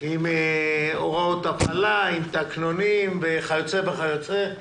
עם הוראות הפעלה, עם תקנונים וכיוצא בזה.